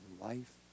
life